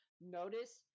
notice